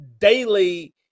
daily